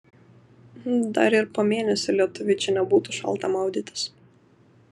dar ir po mėnesio lietuviui čia nebūtų šalta maudytis